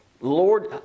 Lord